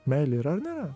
meilė yra ar ne